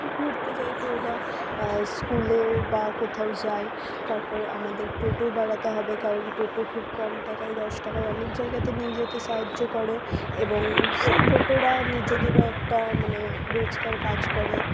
ঘুরতে যায় কেউ বা স্কুলে বা কোথাও যায় তারপর আমাদের টোটো বাড়াতে হবে কারণ টোটো খুব কম টাকায় দশ টাকায় অনেক জায়গাতে নিয়ে যেতে সাহায্য করে এবং সেই টোটোরা নিজেদেরও একটা মানে রোজগার কাজ করে